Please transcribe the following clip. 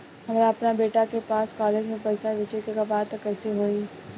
हमरा अपना बेटा के पास कॉलेज में पइसा बेजे के बा त कइसे होई?